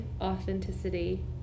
authenticity